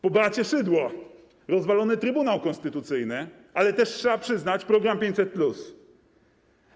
Po Beacie Szydło - rozwalony Trybunał Konstytucyjny, ale też, trzeba przyznać, program 500+.